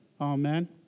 Amen